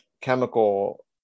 chemical